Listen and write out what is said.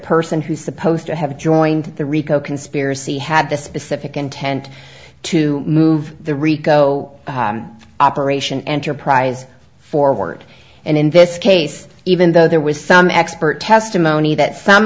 person who's supposed to have joined the rico conspiracy had the specific intent to move the rico operation enterprise forward and in this case even though there was some expert testimony that some